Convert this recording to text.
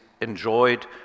enjoyed